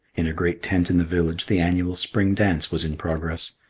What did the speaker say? in a great tent in the village the annual spring dance was in progress,